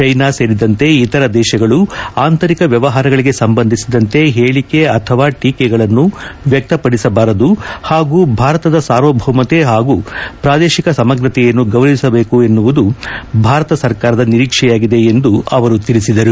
China ಸೇರಿದಂತೆ ಇತರ ದೇಶಗಳು ಆಂತರಿಕ ವ್ಯವಹಾರಗಳಿಗೆ ಸಂಬಂಧಿಸಿದಂತೆ ಹೇಳಿಕೆ ಅಥವಾ ಟೀಕೆಗಳನ್ನು ವ್ಯಕ್ತಪಡಿಸಬಾರದು ಹಾಗೂ ಭಾರತದ ಸಾರ್ವಭೌಮತೆ ಹಾಗೂ ಪ್ರಾದೇಶಿಕ ಸಮಗ್ರತೆಯನ್ನು ಗೌರವಿಸಬೇಕು ಎನ್ನುವುದು ಭಾರತ ಸರ್ಕಾರದ ನಿರೀಕ್ವೆಯಾಗಿದೆ ಎಂದು ಅವರು ತಿಳಿಸಿದರು